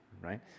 right